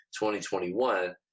2021